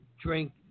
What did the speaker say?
drink